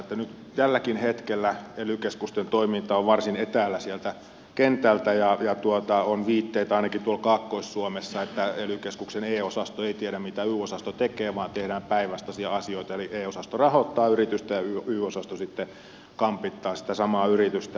nyt tälläkin hetkellä ely keskusten toiminta on varsin etäällä sieltä kentältä ja on viitteitä ainakin tuolla kaakkois suomessa että ely keskuksen e osasto ei tiedä mitä y osasto tekee vaan tehdään päinvastaisia asioita eli e osasto rahoittaa yritystä ja y osasto sitten kampittaa sitä samaa yritystä